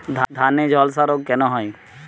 ধানে ঝলসা রোগ কেন হয়?